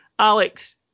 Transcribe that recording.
Alex